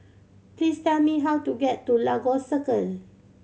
please tell me how to get to Lagos Circle